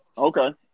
Okay